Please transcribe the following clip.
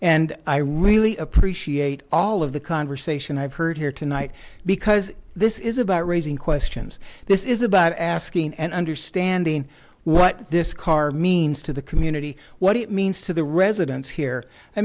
and i really appreciate all of the conversation i've heard here tonight because this is about raising questions this is about asking and understanding what this car means to the community what it means to the residents here i